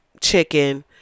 chicken